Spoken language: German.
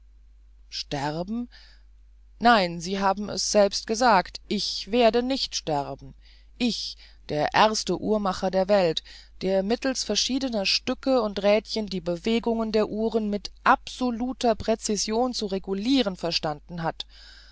sterben nein sie haben es selbst gesagt ich werde nicht sterben ich der erste uhrmacher der welt der mittels verschiedener stücke und rädchen die bewegung der uhren mit absoluter präcision zu reguliren verstanden hat